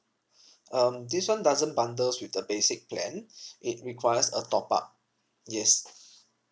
um this one doesn't bundles with the basic plan it requires a top up yes